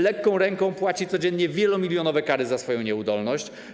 Lekką ręką płaci codziennie wielomilionowe kary za swoją nieudolność.